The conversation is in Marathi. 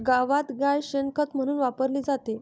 गावात गाय शेण खत म्हणून वापरली जाते